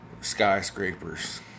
skyscrapers